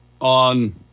on